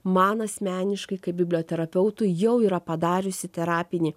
man asmeniškai kaip biblioterapeutui jau yra padariusi terapinį